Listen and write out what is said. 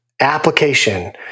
Application